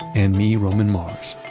and me, roman mars.